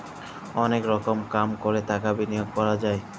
অলেক রকম কাম ক্যরে টাকা বিলিয়গ ক্যরা যায়